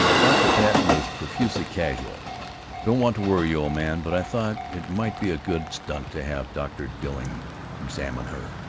dr. patten was profusely casual don't want to worry you, old man, but i thought it might be a good stunt to have dr. dilling examine her.